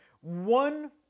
one